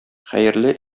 хәерле